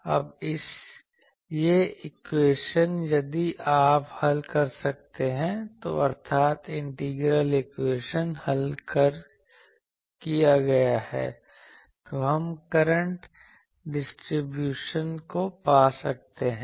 अब यह इक्वेशन यदि आप हल कर सकते हैं अर्थात इंटीग्रल इक्वेशन हल किया गया है तो हम करंट डिस्ट्रीब्यूशन को पा सकते हैं